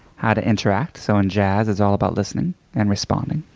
how to interact. so in jazz, it's all about listening and responding.